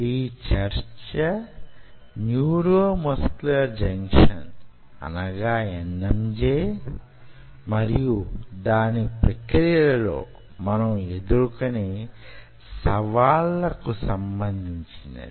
ఈ చర్చ neuromuscular junction దాని ప్రక్రియలలో మనం ఎదుర్కొనే సవాళ్లకు సంబంధించినది